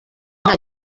nta